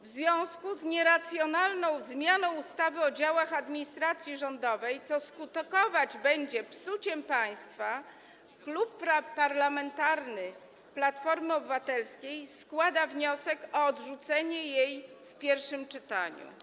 W związku z nieracjonalną zmianą ustawy o działach administracji rządowej, która skutkować będzie psuciem państwa, Klub Parlamentarny Platforma Obywatelska składa wniosek o odrzucenie jej w pierwszym czytaniu.